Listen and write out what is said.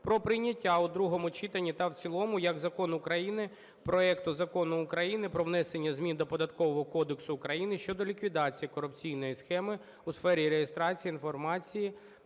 про прийняття у другому читанні та в цілому як закону України проекту Закону України "Про внесення змін до Податкового кодексу України щодо ліквідації корупційної схеми у сфері реєстрації інформації